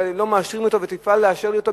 ולא מאשרים לי אותו ותפעל לאשר לי אותו,